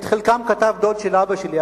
את חלקם של ספרי ההיסטוריה כתב דוד של אבא שלי,